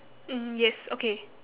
mmhmm yes okay